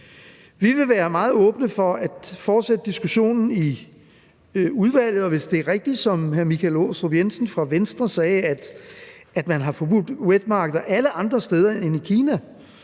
Vi vil være meget åbne for at fortsætte diskussionen i udvalget, og hvis det er rigtigt, som hr. Michael Aastrup Jensen fra Venstre sagde, at man har forbudt vådmarkeder alle andre steder end i Kina